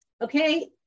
Okay